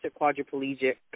quadriplegic